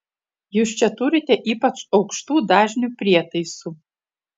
jūs čia turite ypač aukštų dažnių prietaisų